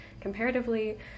comparatively